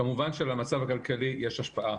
כמובן שלמצב הכלכלי יש השפעה